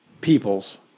People's